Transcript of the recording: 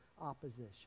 opposition